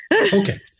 Okay